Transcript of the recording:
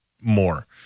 more